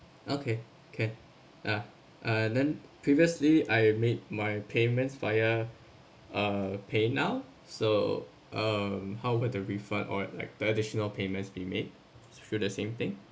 okay can ah ah then previously I made my payments via uh paynow so um how will the refund or like the additional payments be made through the same thing